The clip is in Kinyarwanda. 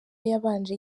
yabanje